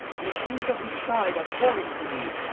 and the kings of each side are calling to thee.